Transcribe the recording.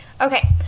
Okay